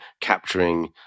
capturing